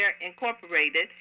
Incorporated